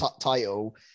title